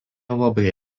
labai